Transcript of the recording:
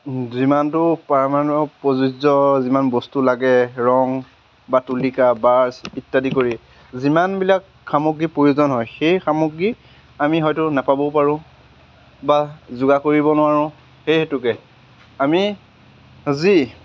যিমানটো প্ৰযোজ্য যিমান বস্তু লাগে ৰং বা তুলিকাব্ৰাছ ইত্যাদি কৰি যিমানবিলাক সামগ্ৰী প্ৰয়োজন হয় সেই সামগ্ৰী আমি হয়তো নাপাবও পাৰোঁ বা যোগাৰ কৰিব নোৱাৰোঁ সেই হেতুকে আমি যি